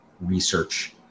research